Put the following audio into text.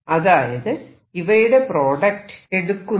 അതായത് ഇവയുടെ പ്രോഡക്റ്റ് എടുക്കുന്നു